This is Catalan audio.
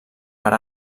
per